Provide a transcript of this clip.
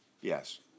Yes